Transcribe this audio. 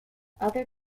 other